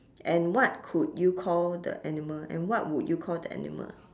and what could you call the animal and what would you call the animal